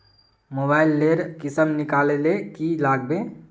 Mobile लेर किसम निकलाले की लागबे?